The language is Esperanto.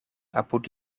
apud